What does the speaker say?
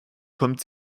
kommt